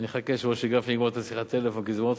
אני אחכה שמשה גפני יגמור את שיחת הטלפון כי זה מאוד חשוב.